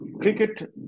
Cricket